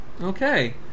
Okay